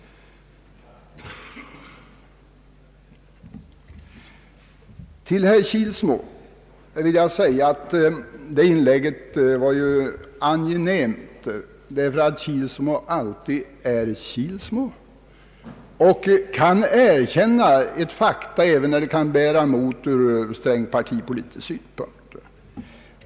Till herr Kilsmo vill jag säga att hans inlägg var angenämt därför att Kilsmo alltid är Kilsmo och kan erkänna ett faktum även när det bär emot ur strängt partipolitisk synpunkt.